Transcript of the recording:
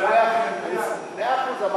מאה אחוז,